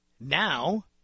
now